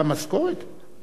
בוא אני רוצה להגיד לך.